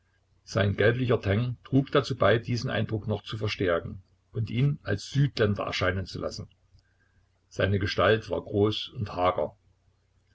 sein gelblicher teint trug dazu bei diesen eindruck noch zu verstärken und ihn als südländer erscheinen zu lassen seine gestalt war groß und hager